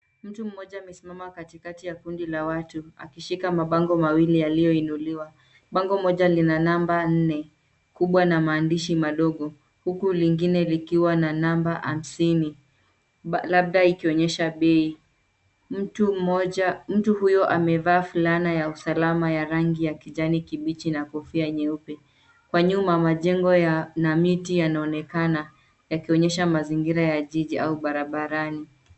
Mtu mmoja amesimama katikati ya kundi la watu akishika mabango mawili yaliyoinuliwa. Bango moja lina namba nne kubwa na maandishi madogo, huku lingine likiwa na namba hamsini, labda ikionyesha bei. Mtu huyo amevaa fulana ya usalama ya rangi ya kijani kibichi na kofia nyeupe. Kwa nyuma, majengo na miti yanaonekana yakionyesha mazingira ya jiji au barabarani.